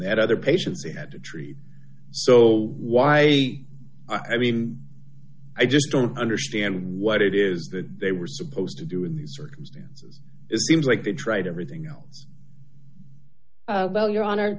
that other patients they had to treat so why i mean i just don't understand what it is that they were supposed to do in these circumstances it seems like they tried everything else well your hon